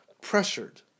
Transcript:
pressured